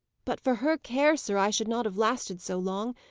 but for her care, sir, i should not have lasted so long.